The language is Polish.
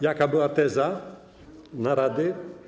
Jaka była teza narady?